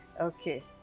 okay